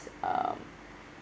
um